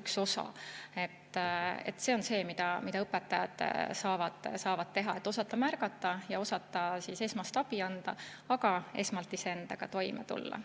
üks osa. See on see, mida õpetajad saavad teha: osata märgata ja osata esmast abi anda, aga esmalt iseendaga toime tulla.